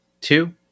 two